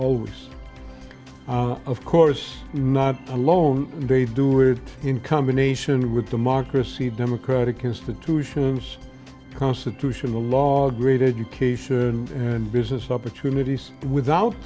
always of course not alone they do it in combination with democracy democratic institutions constitutional law great education and business opportunities without